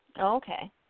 Okay